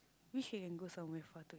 wish you can go somewhere further